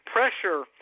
Pressure